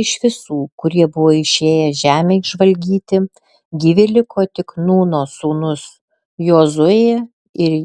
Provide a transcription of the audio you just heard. iš visų kurie buvo išėję žemę išžvalgyti gyvi liko tik nūno sūnus jozuė ir